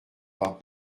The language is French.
pas